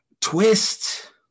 Twist